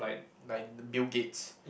like Bill-Gates